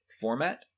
format